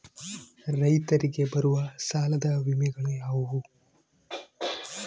ರೈತರಿಗೆ ಬರುವ ಸಾಲದ ವಿಮೆಗಳು ಯಾವುವು?